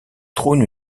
trône